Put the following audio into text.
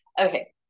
okay